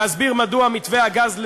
להסביר מדוע מתווה הגז,